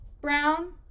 Brown